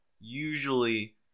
usually